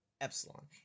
Epsilon